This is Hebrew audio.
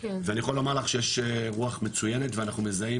ואני יכול לומר לך שיש רוח מצויינת ואנחנו מזהים